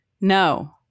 No